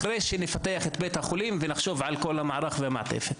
אחרי שנפתח את בית החולים ונחשוב על כל המערך והמעטפת.